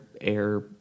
air